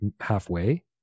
halfway